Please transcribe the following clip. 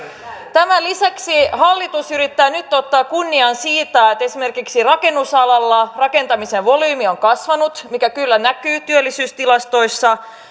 tämän lisäksi hallitus yrittää nyt ottaa kunnian siitä että esimerkiksi rakennusalalla rakentamisen volyymi on kasvanut mikä kyllä näkyy työllisyystilastoissa